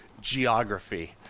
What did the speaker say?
geography